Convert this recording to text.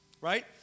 right